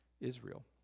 Israel